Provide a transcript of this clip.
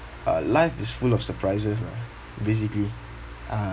uh life is full of surprises lah basically uh